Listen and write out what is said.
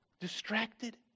distracted